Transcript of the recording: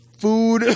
food